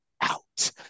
out